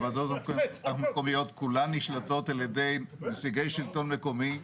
הוועדות המקומיות כולן נשלטות על ידי נציגי שלטון מקומי.